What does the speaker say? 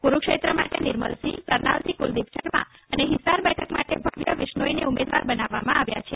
કુરૂક્ષેત્ર માટે નિર્મલસિંહ કરનાલથી કુલદીપ શર્મા અને હિસ્સાર બેઠક માટે ભવ્ય વિશ્નોઈને ઉમેદવાર બનાવવામાં આવ્યા છે